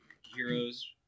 heroes